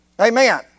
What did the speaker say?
Amen